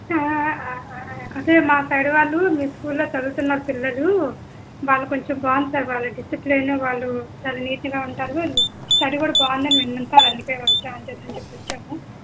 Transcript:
ఆ అదే మా పైన వాళ్లు మీ స్కూల్ లో చదువుతున్నా పిల్లలు వాళ్ళు కొంచం బాగుంది సార్ వాళ్ళ డిసిప్లెన్ వాళ్ళు చాల నీటు గా ఉంటారు స్టడీ కూడా బాగుందని విన్నాను సార్ అందుకే చాల దూరం నుంచి వచ్చాము